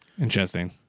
Interesting